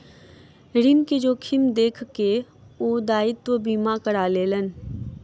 ऋण के जोखिम देख के ओ दायित्व बीमा करा लेलैन